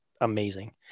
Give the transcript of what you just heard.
amazing